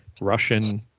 russian